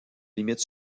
limite